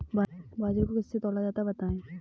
बाजरे को किससे तौला जाता है बताएँ?